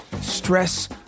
stress